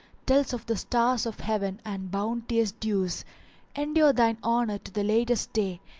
tells of the stars of heaven and bounteous dews endure thine honour to the latest day,